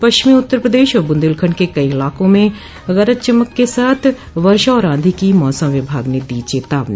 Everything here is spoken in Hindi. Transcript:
पश्चिमी उत्तर प्रदेश और बुंदेलखंड के कई इलाकों में गरज चमक के साथ वर्षा और आंधी की मौसम विभाग ने दी चेतावनी